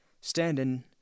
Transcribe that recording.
standing